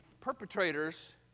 perpetrators